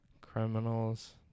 criminals